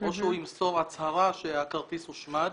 או ימסור הצהרה שהכרטיס הושמד,